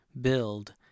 build